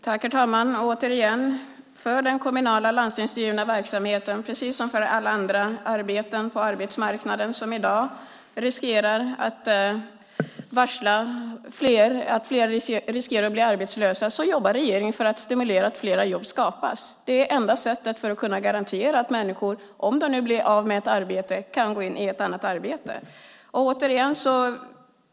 Herr talman! När det gäller den kommunala och landstingsstyrda verksamheten, precis som alla arbeten på arbetsmarknaden där fler riskerar att bli arbetslösa, jobbar regeringen för att stimulera att fler jobb skapas. Det är det enda sättet att garantera att människor, om de blir av med ett arbete, kan gå in i ett annat arbete.